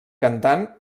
cantant